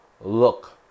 look